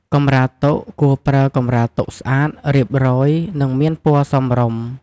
កម្រាលតុ គួរប្រើកម្រាលតុស្អាត រៀបរយ និងមានពណ៌សមរម្យ។